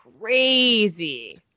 crazy